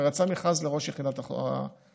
וכבר יצא מכרז לראש יחידת החקירות,